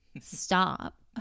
Stop